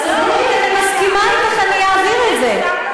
את צודקת, אני מסכימה אתך, אני אעביר את זה.